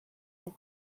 with